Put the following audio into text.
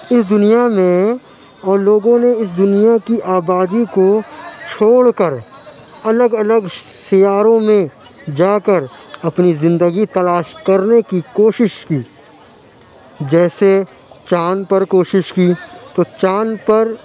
اِس دنیا میں اور لوگوں نے اِس دُنیا کی آبادی کو چھوڑ کر الگ الگ سیاروں میں جا کر اپنی زندگی تلاش کرنے کی کوشش کی جیسے چاند پر کوشش کی تو چاند پر